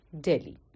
Delhi